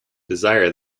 desire